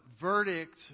verdict